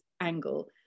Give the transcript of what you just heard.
angle